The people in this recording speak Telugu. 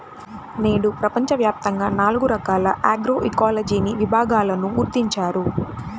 నేడు ప్రపంచవ్యాప్తంగా నాలుగు రకాల ఆగ్రోఇకాలజీని విభాగాలను గుర్తించారు